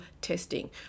testing